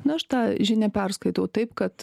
na aš tą žinią perskaitau taip kad